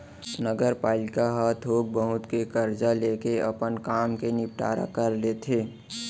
नगरपालिका ह थोक बहुत के करजा लेके अपन काम के निंपटारा कर लेथे